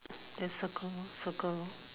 then circle circle